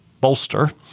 bolster